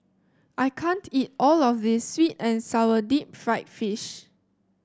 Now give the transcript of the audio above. I can't eat all of this sweet and sour Deep Fried Fish